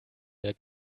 der